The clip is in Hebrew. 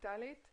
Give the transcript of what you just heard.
דיגיטלית.